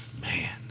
man